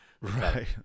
right